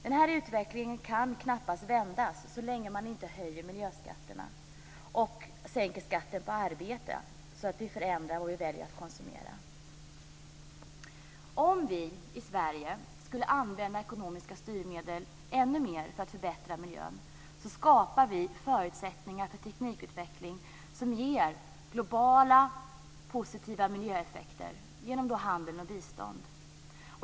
Den här utvecklingen kan knappast vändas så länge man inte höjer miljöskatterna och sänker skatten på arbete så att det blir en förändring när det gäller vad vi väljer att konsumera. Om vi i Sverige använde ekonomiska styrmedel ännu mer för att förbättra miljön skulle vi också skapa förutsättningar för teknikutveckling som ger globala positiva miljöeffekter genom handel och bistånd.